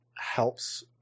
helps